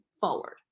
forward